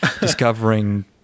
discovering